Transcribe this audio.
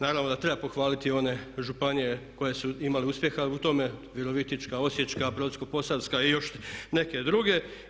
Naravno da treba pohvaliti one županije koje su imale uspjeha u tome, Virovitička, Osječka, Brodsko-posavska i još neke druge.